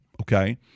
okay